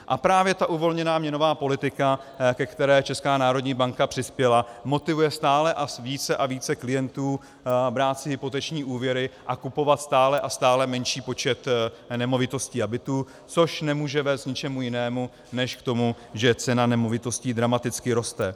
A právě ta uvolněná měnová politika, ke které Česká národní banka přispěla, motivuje stále více a více klientů brát si hypoteční úvěry a kupovat stále a stále menší počet nemovitostí a bytů, což nemůže vést k ničemu jinému, než že cena nemovitostí dramaticky roste.